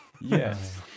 yes